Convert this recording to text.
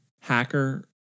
hacker